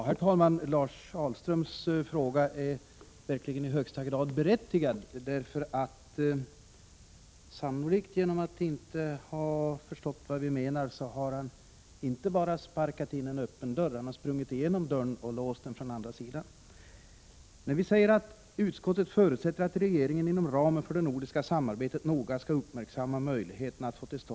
Herr talman! Lars Ahlströms fråga är verkligen i högsta grad berättigad. På grund av att han sannolikt inte har förstått vad vi menar har han inte bara sparkat in en öppen dörr, han har sprungit igenom och låst den från andra sidan. När vi säger att utskottet förutsätter att regeringen inom ramen för det nordiska samarbetet noga skall uppmärksamma möjligheterna att få till Prot.